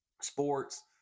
sports